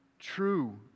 True